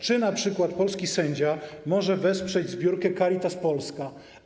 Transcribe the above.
Czy np. polski sędzia może wesprzeć zbiórkę Caritas Polska?